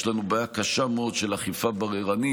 יש לנו בעיה קשה מאוד של אכיפה בררנית.